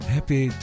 Happy